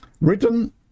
written